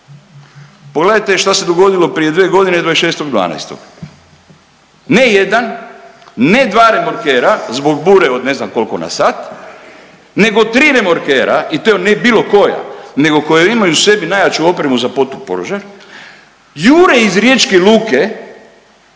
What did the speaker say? pogledajte šta se dogodilo prije dvije godine 26.12. Ne jedan, ne dva remorkera zbog bure od ne znam koliko na sat, nego tri remorkera i to ne bilo koja, nego koja imaju u sebi najjaču opremu za protupožar jure iz riječke luke.